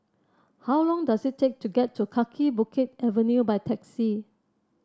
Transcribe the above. how long does it take to get to Kaki Bukit Avenue by taxi